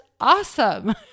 awesome